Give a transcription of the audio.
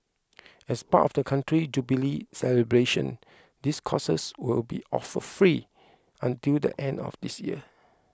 as part of the country's Jubilee celebrations these courses will be offered free until the end of this year